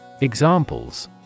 Examples